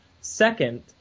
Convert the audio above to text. Second